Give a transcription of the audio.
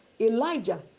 Elijah